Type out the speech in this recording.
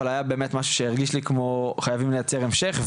אבל היה באמת משהו שהרגיש לי כמו חייבים לייצר המשך.